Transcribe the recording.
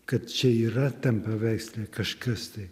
kad čia yra tam paveiksle kažkas tai